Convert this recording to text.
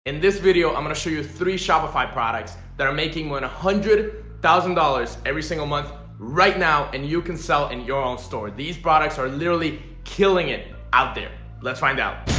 in this video i'm gonna show you three shopify products that are making one hundred thousand dollars every single month right now and you can sell in your own store. these products are literally killing it out there. let's find out